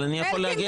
אלקין,